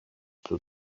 του